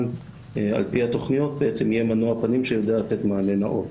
על פי התכניות יהיה מנוע פנים שיודע לתת מענה נאות.